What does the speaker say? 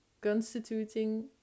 Constituting